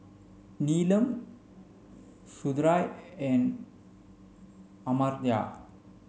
Neelam Sundaraiah and Amartya